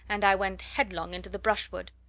and i went headlong into the brushwood.